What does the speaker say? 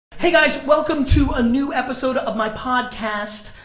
hey, guys, welcome to a new episode of my podcast.